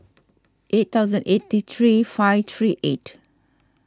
eight thousand eighty three five three eight